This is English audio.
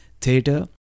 theta